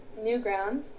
Newgrounds